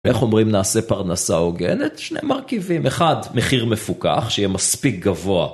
ואיך אומרים נעשה פרנסה הוגנת? שני מרכיבים. אחד, מחיר מפוקח שיהיה מספיק גבוה.